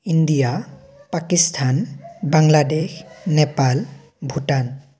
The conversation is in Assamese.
ইণ্ডিয়া পাকিস্তান বাংলাদেশ নেপাল ভূটান